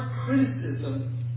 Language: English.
criticism